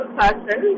person